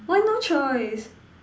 why no choice